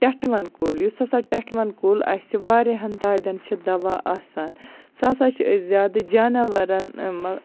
ٹیٹھوَن کُل یُس ہسا ٹیٹھوَن کُل اسہِ واریاہَن دادٮ۪ن چھُ دوا آسان سُہ ہسا چھِ أسۍ زیادٕ جاناوارن